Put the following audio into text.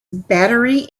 battery